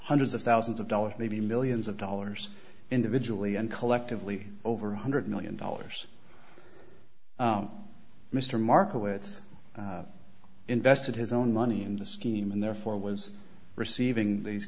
hundreds of thousands of dollars maybe millions of dollars individually and collectively over one hundred million dollars mr markowitz invested his own money in the scheme and therefore was receiving these